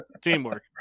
teamwork